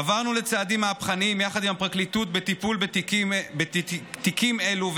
עברנו לצעדים מהפכניים יחד עם הפרקליטות בטיפול בתיקים אלו,